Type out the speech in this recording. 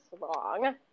long